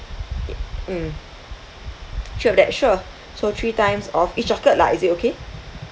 mm sure that sure so three times of each chocolate lah is it okay